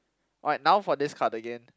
right now for this card again